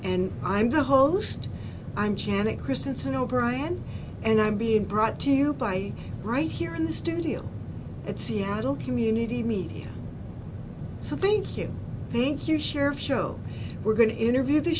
and i'm the host i'm janet christensen o'brien and i'm being brought to you by right here in the studio at seattle community media some think you think you share a show we're going to interview the